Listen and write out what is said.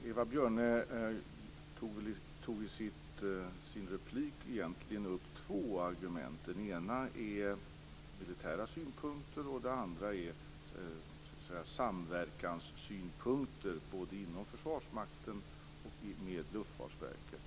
Herr talman! Eva Björne tog i sitt inlägg egentligen upp två argument. Det ena är militära synpunkter, och det andra är samverkanssynpunkter både inom Försvarsmakten och i förhållande till Luftfartsverket.